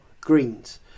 greens